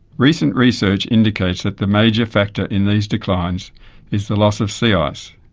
recent research indicates that the major factor in these declines is the loss of sea ice.